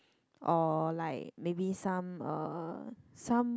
or like maybe some uh some